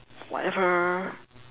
whatever